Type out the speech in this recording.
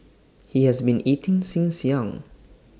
he has been eating since young